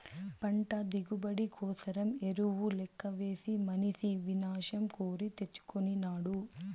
పంట దిగుబడి కోసరం ఎరువు లెక్కవేసి మనిసి వినాశం కోరి తెచ్చుకొనినాడు